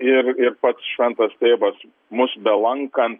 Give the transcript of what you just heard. ir ir pats šventas tėvas mus belankant